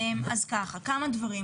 אז ככה, כמה דברים.